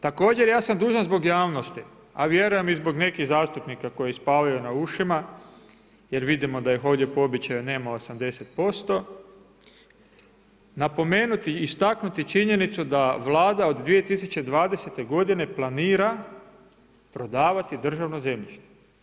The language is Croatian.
Također ja sam dužan zbog javnosti, a vjerujem i zbog nekih zastupnika koji spavaju na ušima jer vidimo da ih ovdje po običaju nema 80%, napomenuti i istaknuti činjenica da Vlada od 2020. godine planira prodavati državno zemljište.